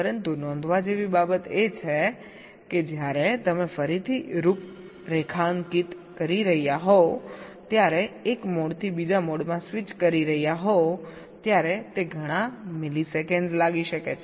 પરંતુ નોંધવા જેવી બાબત એ છે કે જ્યારે તમે ફરીથી રૂપરેખાંકિત કરી રહ્યા હોવ ત્યારે એક મોડથી બીજા મોડમાં સ્વિચ કરી રહ્યા હોવ ત્યારે તે ઘણા મિલિસેકંડ લાગી શકે છે